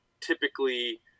typically